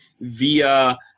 via